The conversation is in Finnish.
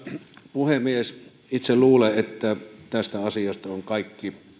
puhemies itse luulen että tästä asiasta on kaikki